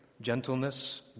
gentleness